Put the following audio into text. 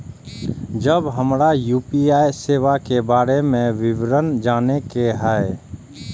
जब हमरा यू.पी.आई सेवा के बारे में विवरण जाने के हाय?